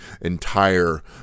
entire